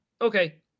Okay